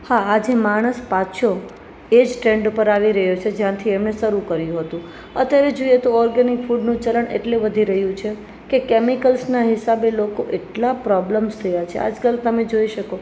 હા આજે માણસ પાછો એજ ટ્રેન્ડ પર આવી રહ્યો છે જ્યાં અમે શરૂ કર્યું હતું અત્યારે જોઈએ તો ઓર્ગનીક ફૂડનું ચલણ એટલું વધી રહ્યું છે કે કેમિકલ્સના હિસાબે લોકો એટલા પ્રોબ્લેમ્સ જેવા છે આજકલ તમે જોઈ શકો